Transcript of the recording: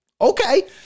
okay